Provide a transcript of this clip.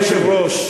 אדוני היושב-ראש,